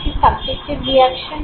এটি subjective reaction